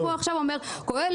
והוא עכשיו אומר קהלת,